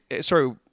sorry